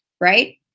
right